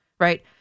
Right